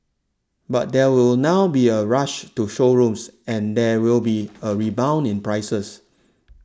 but there will now be a rush to showrooms and there will be a rebound in prices